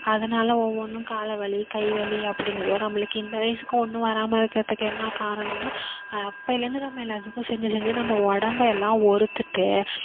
அதனால் ஒவ்வொன்றும் கால் வலி கைவலி அப்படிங்கிதுவோ நம்மளுக்கு இந்த வயதுக்கு ஒன்றும் வராமல் இருக்கிறதுக்கு என்ன காரணம்னா அப்பயிலேருந்து நம்ம எல்லாத்துக்கும் செஞ்சு செஞ்சு நம்ம உடம்பு எல்லாம் ஒருத்துட்டு